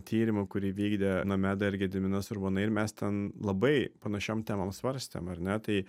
tyrimu kurį vykdė nomeda ir gediminas urbonai ir mes ten labai panašiom temom svarstėm ar ne tai